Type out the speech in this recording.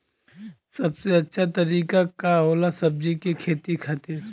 सबसे अच्छा तरीका का होला सब्जी के खेती खातिर?